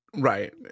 Right